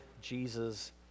jesus